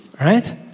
Right